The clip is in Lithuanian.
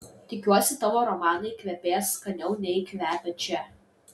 tikiuosi tavo romanai kvepės skaniau nei kvepia čia